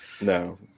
No